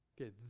Okay